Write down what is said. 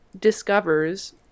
discovers